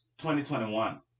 2021